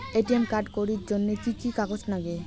ATM card করির জন্যে কি কি কাগজ নাগে?